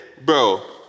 bro